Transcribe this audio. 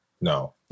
no